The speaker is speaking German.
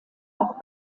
auch